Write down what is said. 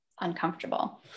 uncomfortable